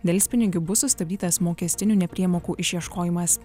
delspinigių bus sustabdytas mokestinių nepriemokų išieškojimas